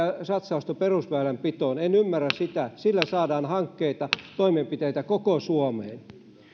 satsausta perusväylänpitoon en ymmärrä sitä sillä saadaan hankkeita toimenpiteitä koko suomeen